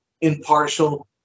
impartial